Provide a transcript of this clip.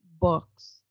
books